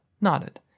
nodded